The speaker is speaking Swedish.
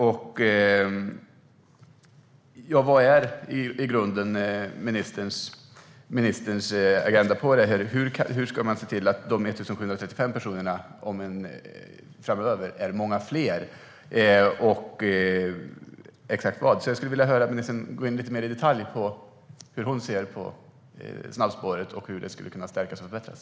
Ja, vad är i grunden ministerns agenda här? Hur ska man se till att det framöver är många fler än 1 735 personer? Jag skulle vilja höra ministern gå in lite mer i detalj på hur hon ser på snabbspåren och hur de skulle kunna stärkas och förbättras.